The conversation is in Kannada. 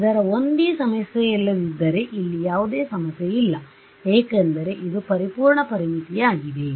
ಅದರ 1D ಸಮಸ್ಯೆಯಿಲ್ಲದಿದ್ದರೆ ಇಲ್ಲಿ ಯಾವುದೇ ಸಮಸ್ಯೆ ಇಲ್ಲ ಏಕೆಂದರೆ ಇದು ಪರಿಪೂರ್ಣಪರಿಮಿತಿಯಾಗಿದೆ